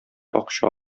акча